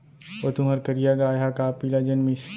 ओ तुंहर करिया गाय ह का पिला जनमिस?